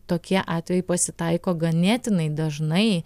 tokie atvejai pasitaiko ganėtinai dažnai